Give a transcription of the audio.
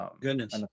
Goodness